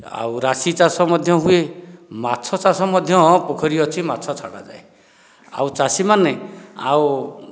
ଆଉ ରାଶିଚାଷ ମଧ୍ୟ ହୁଏ ମାଛ ଚାଷ ମଧ୍ୟ ପୋଖରୀ ଅଛି ମାଛ ଛଡ଼ାଯାଏ ଆଉ ଚାଷୀମାନେ ଆଉ